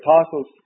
apostles